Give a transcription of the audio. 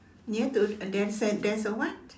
near to uh there's an there's a what